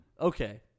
Okay